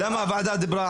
אני אתן לך.